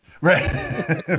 Right